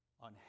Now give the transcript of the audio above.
on